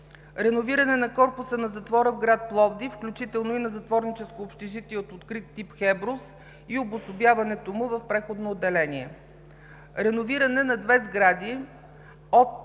реновиране на корпуса на затвора в град Пловдив, включително и на Затворническото общежитие от открит тип „Хеброс“ и обособяването му в преходно отделение; реновиране на две сгради от